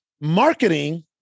Marketing